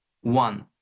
one